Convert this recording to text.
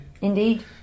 Indeed